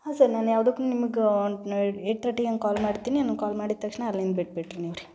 ಹಾಂ ಸರ್ ನಾನು ಯಾವುದಕ್ಕು ನಿಮ್ಗೆ ಒನ್ ಏಟ್ ತರ್ಟಿ ಹಂಗೆ ಕಾಲ್ ಮಾಡ್ತೀನಿ ನಾನು ಕಾಲ್ ಮಾಡಿದ ತಕ್ಷಣ ಅಲ್ಲಿನೆ ಬಿಟ್ಟು ಬಿಡ್ರಿ ನೀವು ರೀ